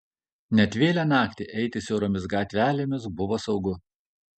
net vėlią naktį eiti siauromis gatvelėmis buvo saugu